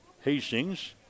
Hastings